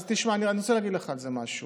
אז תשמע, אני רוצה להגיד לך על זה משהו.